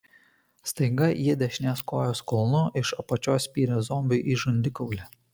staiga ji dešinės kojos kulnu iš apačios spyrė zombiui į žandikaulį